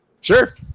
Sure